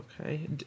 Okay